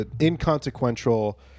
inconsequential